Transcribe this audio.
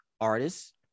artists